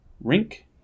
Rink